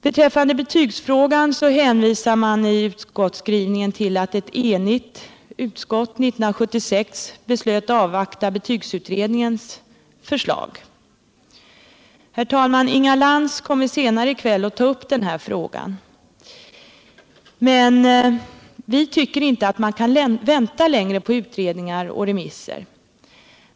Beträffande betygsfrågan hänvisas i utskottsskrivningen till att ett enigt utbildningsutskott 1976 beslöt avvakta betygsutredningens förslag. Herr talman! Inga Lantz kommer senare i kväll att ta upp den frågan. Vi tycker dock inte att man kan vänta längre på utredningar och remisser.